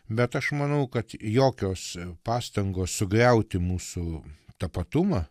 bet aš manau kad jokios pastangos sugriauti mūsų tapatumą